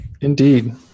Indeed